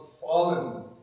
fallen